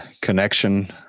connection